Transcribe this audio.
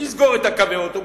נסגור את קווי האוטובוס,